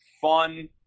fun